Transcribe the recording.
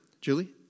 Julie